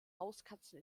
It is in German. hauskatzen